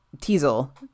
Teasel